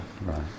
Right